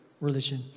religion